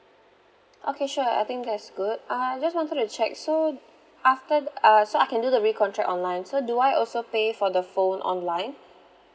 okay sure I think that's good uh I just wanted to check so after uh so I can do the recontract online so do I also pay for the phone online